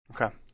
Okay